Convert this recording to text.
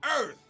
earth